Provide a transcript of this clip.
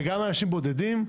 וגם אנשים בודדים.